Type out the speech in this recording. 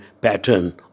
pattern